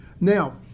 Now